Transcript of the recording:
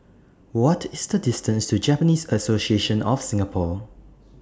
What IS The distance to Japanese Association of Singapore